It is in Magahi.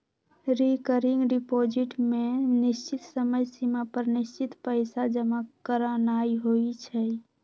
रिकरिंग डिपॉजिट में निश्चित समय सिमा पर निश्चित पइसा जमा करानाइ होइ छइ